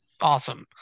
Awesome